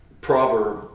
proverb